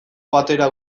batera